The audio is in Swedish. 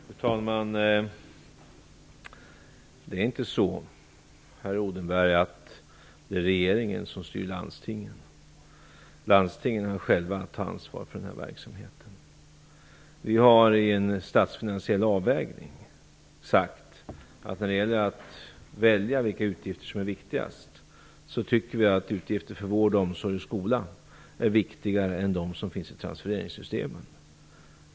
Fru talman! Det är inte så, herr Odenberg, att regeringen styr landstingen. Landstingen har själva att ta ansvar för den här verksamheten. Vi har i en statsfinansiell avvägning sagt, att när det gäller att välja vilka utgifter som är viktigast tycker vi att utgifter för vård, omsorg och skola är viktigare än de som finns i transfereringssystemen.